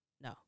No